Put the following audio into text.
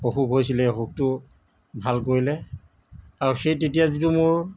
অসুখ হৈছিলে সেই অসুখটো ভাল কৰিলে আৰু সেই তেতিয়া যিটো মোৰ